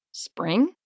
Spring